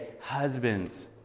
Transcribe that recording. Husbands